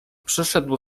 przyszedł